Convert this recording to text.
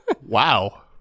Wow